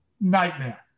nightmare